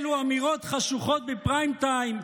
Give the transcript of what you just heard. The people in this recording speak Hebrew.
אילו אמירות חשוכות בפריים-טיים,